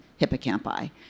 hippocampi